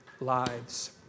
lives